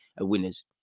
winners